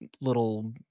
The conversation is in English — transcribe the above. little